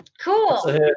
Cool